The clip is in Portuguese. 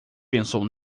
pensou